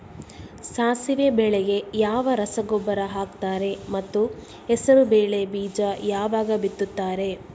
ಸಾಸಿವೆ ಬೆಳೆಗೆ ಯಾವ ರಸಗೊಬ್ಬರ ಹಾಕ್ತಾರೆ ಮತ್ತು ಹೆಸರುಬೇಳೆ ಬೀಜ ಯಾವಾಗ ಬಿತ್ತುತ್ತಾರೆ?